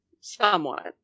somewhat